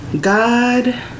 God